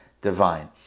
divine